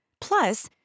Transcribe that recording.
Plus